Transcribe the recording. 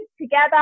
together